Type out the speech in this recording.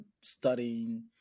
studying